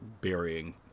burying